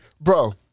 Bro